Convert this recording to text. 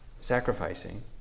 sacrificing